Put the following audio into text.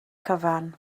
cyfan